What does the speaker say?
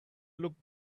looked